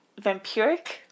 vampiric